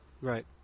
Right